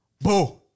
boo